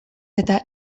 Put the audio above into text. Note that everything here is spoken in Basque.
eta